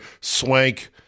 swank